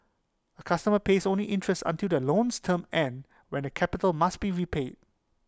A customer pays only interest until the loan's term ends when the capital must be repaid